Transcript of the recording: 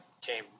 came